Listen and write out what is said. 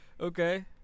Okay